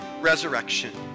resurrection